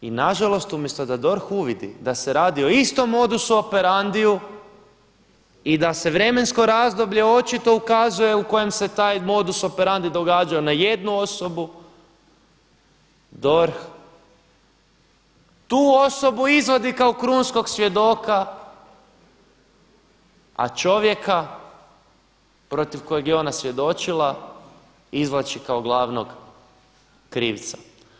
I nažalost da DORH uvidi da se radi o istom modusu operandiu i da se vremensko razdoblje očituje ukazuje u kojem se taj modus operandi događao na jednu osobu DORH tu osobu izvodi kao krunskog svjedoka, a čovjeka protiv kojega je ona svjedočila izvlači kao glavnog krivca.